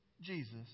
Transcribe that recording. Jesus